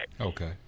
okay